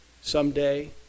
someday